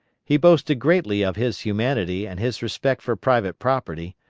he boasted greatly of his humanity and his respect for private property,